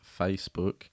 Facebook